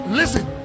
listen